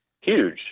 Huge